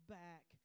back